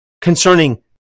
concerning